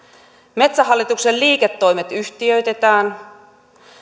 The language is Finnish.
metsähallituksen liiketoimet yhtiöitetään